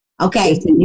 Okay